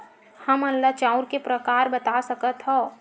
हमन ला चांउर के प्रकार बता सकत हव?